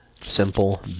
simple